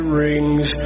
rings